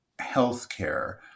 healthcare